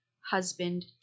husband